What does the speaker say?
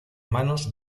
manos